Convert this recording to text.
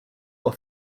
will